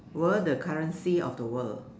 were the currency of the world